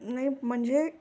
नाही म्हणजे